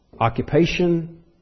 occupation